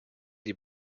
die